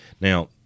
Now